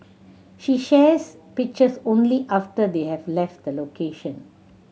she shares pictures only after they have left the location